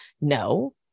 No